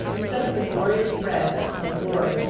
instead of the glorious red of glory,